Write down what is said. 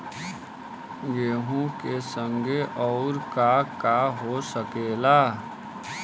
गेहूँ के संगे अउर का का हो सकेला?